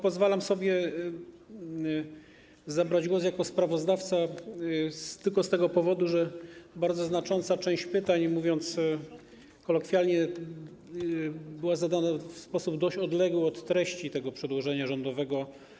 Pozwalam sobie zabrać głos jako sprawozdawca tylko z tego powodu, że bardzo znacząca część pytań, mówiąc kolokwialnie, była zadana w sposób dość odległy od treści tego przedłożenia rządowego.